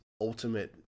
ultimate